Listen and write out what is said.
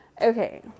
Okay